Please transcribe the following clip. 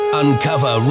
uncover